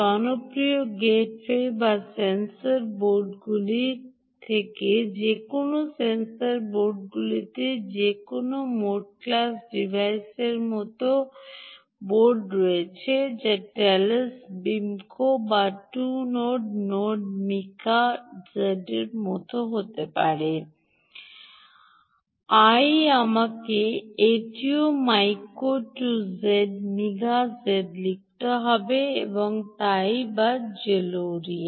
জনপ্রিয় gateway board বা sensor বোর্ডগুলির যে কোনওটি সেন্সর বোর্ডগুলিতে মোট ক্লাস ডিভাইসগুলির মতো বোর্ড রয়েছে যা টেলোস বি মিকা 2 নোড বা মিকা জেডের মতো হতে পারে I আমাকে এটিও মাইকা 2 মিকা জেড লিখতে হবে এবং তাই বা জোলেরিয়া